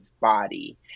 body